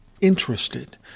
interested